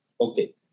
Okay